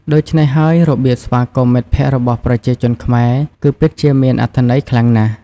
ដូច្នេះហើយ របៀបស្វាគមន៍មិត្តភក្តិរបស់ប្រជាជនខ្មែរគឺពិតជាមានអត្ថន័យខ្លាំងណាស់។